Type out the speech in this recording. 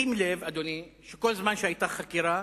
שים לב, אדוני, שכל זמן שהיתה חקירה